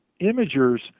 imager's